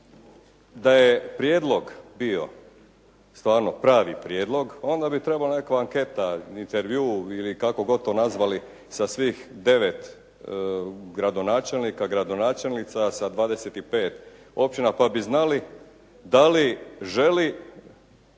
da je prijedlog bio stvarno pravi prijedlog, onda bi trebala nekakva anketa, intervju ili kako god to nazvali sa svih 9 gradonačelnika, gradonačelnica sa 25 općina pa bi znali da li želi,